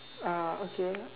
uh okay